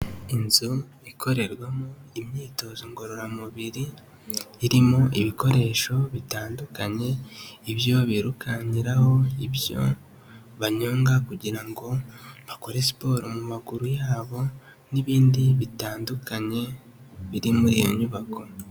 Inzu ikorerwamo imyitozo ngororamubiri irimo ibikoresho bitandukanye: ibyo birukankiraho, ibyo banyonga kugira ngo bakore siporo mu maguru yabo n'ibindi bitandukanye biri muri iyo nyubako.